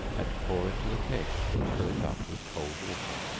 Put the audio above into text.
and pour into the keg, and fill it up with cold water.